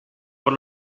por